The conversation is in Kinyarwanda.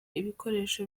ibikoresho